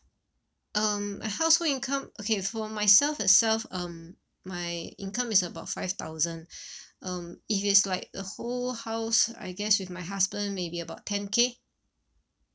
um my household income okay for myself itself um my income is about five thousand um if it's like the whole house I guess with my husband maybe about ten K